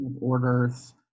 orders